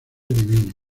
divino